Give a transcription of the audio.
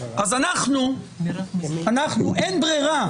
אין ברירה,